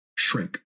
shrink